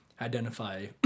identify